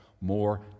more